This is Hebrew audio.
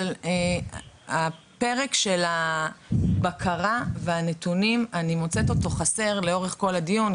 אבל הפרק של הבקרה והנתונים אני מוצאת אותו חסר לאורך כל הדיון.